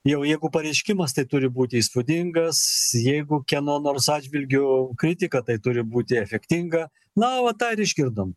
jau jeigu pareiškimas tai turi būti įspūdingas jeigu kieno nors atžvilgiu kritika tai turi būti efektinga na va tą ir išgirdom